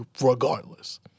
regardless